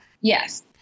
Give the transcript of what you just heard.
Yes